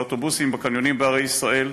באוטובוסים, בקניונים בערי ישראל?